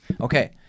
Okay